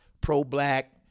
pro-black